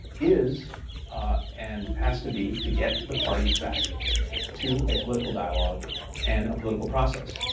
is and has to be to get the parties back to a political dialogue and a political process.